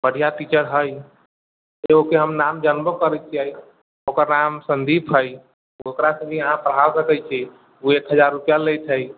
बढ़िया टीचर हइ एगोके हम नाम जानबो करैत छियै ओकर नाम संदीप हइ ओकरा से भी अहाँ पढ़ा सकैत छी ओ एक हजार रूपैआ लय छै